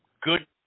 good